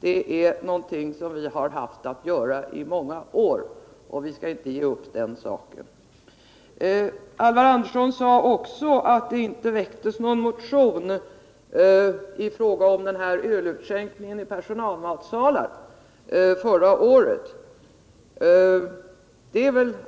Det är någonting som vi har haft att göra i många år, och vi skall inte ge upp den saken. Alvar Andersson sade också att någon motion inte väcktes förra året i fråga om ölutskänkningen i personalmatsalar. Det är